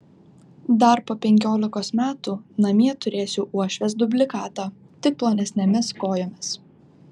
dar po penkiolikos metų namie turėsiu uošvės dublikatą tik plonesnėmis kojomis